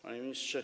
Panie Ministrze!